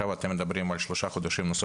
אתם יודעים שיש לנו מרכזי חוסן?